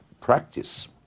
practice